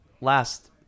last